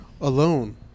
alone